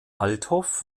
althoff